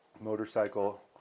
Motorcycle